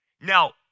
Now